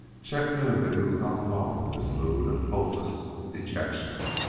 chet knew that he was not alone in this mood of hopeless dejection.